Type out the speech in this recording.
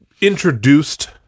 introduced